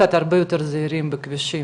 קצת הרבה יותר זהירים בכבישים.